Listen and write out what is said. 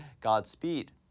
Godspeed